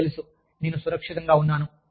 మీకు తెలుసు నేను సురక్షితంగా ఉన్నాను